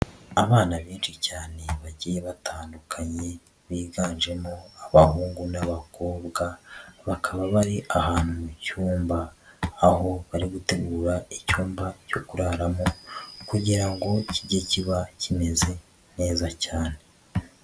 Abana benshi cyane bagiye batandukanye, biganjemo abahungu n'abakobwa, bakaba bari ahantu mu cyumba. Aho bari gutegura icyumba cyo kuraramo kugira ngo kijye kiba kimeze neza cyane.